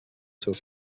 seus